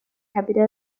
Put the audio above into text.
capitol